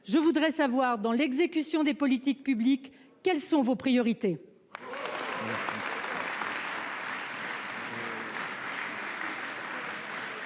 je voudrais savoir une chose : dans l'exécution des politiques publiques, quelles sont vos priorités ?